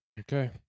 Okay